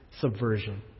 subversion